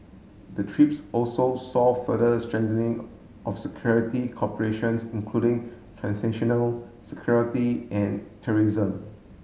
the trips also saw further strengthening of security cooperations including transactional security and terrorism